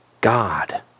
God